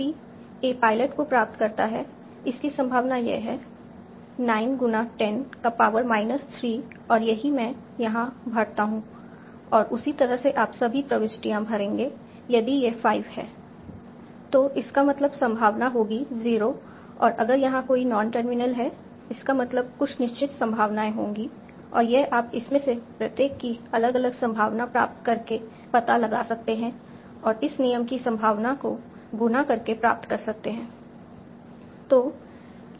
NP a pilot को प्राप्त करता है इसकी संभावना यह है 9 गुना 10 का पावर माइनस 3 और यही मैं यहां भरता हूं और उसी तरह से आप सभी प्रविष्टियां भरेंगे यदि यह 5 है तो इसका मतलब संभावना होगी 0 और अगर यहां कोई नॉन टर्मिनल है इसका मतलब है कुछ निश्चित संभावनाएँ होंगी और यह आप इसमें से प्रत्येक की अलग अलग संभावना प्राप्त करके पता लगा सकते हैं और इस नियम की संभावना को गुणा करके प्राप्त कर सकते हैं